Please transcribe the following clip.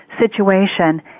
situation